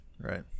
Right